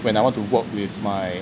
when I want to work with my